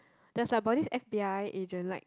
there's like about this F_B_I agent like